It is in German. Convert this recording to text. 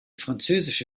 französische